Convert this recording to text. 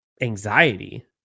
anxiety